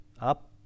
up